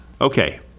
Okay